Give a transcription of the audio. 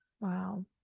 Wow